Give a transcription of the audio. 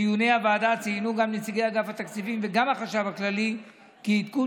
בדיוני הוועדה ציינו גם נציגי אגף התקציבים וגם החשב הכללי כי עדכון